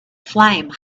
flame